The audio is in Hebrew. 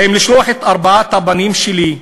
האם לשלוח את ארבעת הבנים שלי,